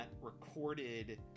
recorded